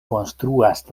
konstruas